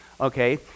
okay